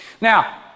Now